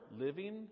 living